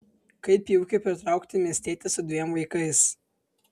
kaip į ūkį pritraukti miestietį su dviem vaikais